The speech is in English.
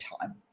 time